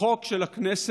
בחוק של הכנסת.